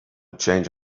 change